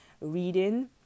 reading